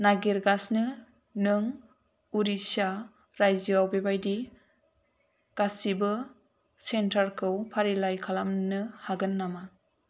नागिरगासिनो नों उरिस्सा रायजोआव बेबायदि गासिबो सेन्टारखौ फारिलाइ खालामनो हागोन नामा